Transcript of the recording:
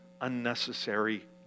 unnecessary